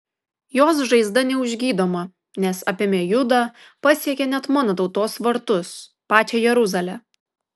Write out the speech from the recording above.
jos žaizda neužgydoma nes apėmė judą pasiekė net mano tautos vartus pačią jeruzalę